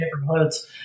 neighborhoods